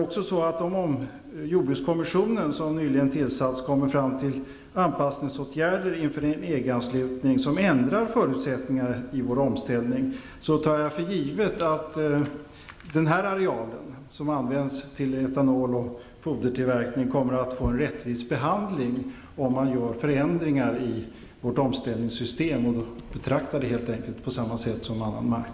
Om den jordbrukskommission som nyligen har tillsatts kommer fram till anpassningsåtgärder inför en EG-anslutning som ändrar förutsättningarna i vår omställning, tar jag för givet att den areal som används till etanol och fodertillverkning kommer att få en rättvis behandling -- om man gör förändringar i vårt omställningssystem och betraktar denna mark på samma sätt som annan mark.